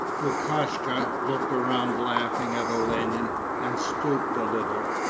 lukashka looked around laughing at olenin and stooped a little.